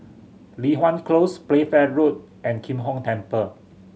Li Hwan Close Playfair Road and Kim Hong Temple